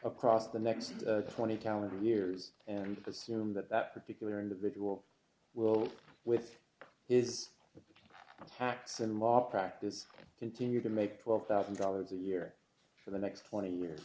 across the next twenty talent years and assume that that particular individual will with is the facts and law practice continue to make twelve thousand dollars a year for the next twenty years